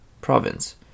province